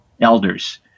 elders